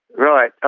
right,